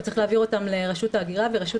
הוא צריך להעביר אותם לרשות ההגירה ורשות